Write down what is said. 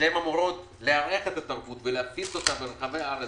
שאמורים לארח את התרבות ולהפיץ אותה ברחבי הארץ